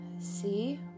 see